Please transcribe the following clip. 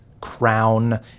crown